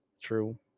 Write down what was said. True